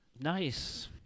Nice